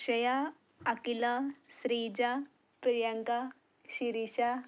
Akshaya Akhila Sreeja Priyanka Sirisha